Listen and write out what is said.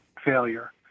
failure